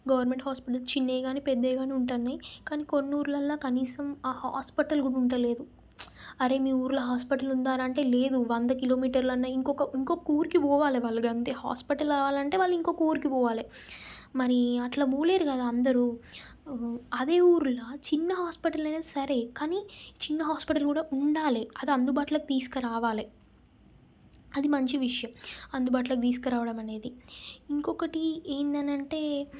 government hospitals చిన్నవి కాని పెద్దవి కాని ఉంటున్నాయి కానీ కొన్ని ఊర్లలో కనీసం ఆ హాస్పిటల్ కూడా ఉండటం లేదు అరే మీ ఊర్లో హాస్పిటల్ ఉందారా అంటే లేదు వంద కిలోమీటర్లు అన్న ఇంకొక ఇంకొక ఊరికి పోవాలే వాళ్ళు అంతే హాస్పిటల్ కావాలంటే వాళ్ళు ఇంకొక ఊరికి పోవాలి మరి అట్లా పోలేరు కదా అందరూ అదే ఊర్ల చిన్న హాస్పిటల్ అయినా సరే కానీ చిన్న హాస్పిటల్ కూడా ఉండాలే అది అందుబాటులోకి తీసుకురావాలి అది మంచి విషయం అందుబాటులోకి తీసుకురావడం అనేది ఇంకొకటి ఏందనంటే